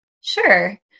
Sure